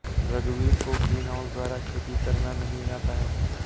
रघुवीर को ग्रीनहाउस द्वारा खेती करना नहीं आता है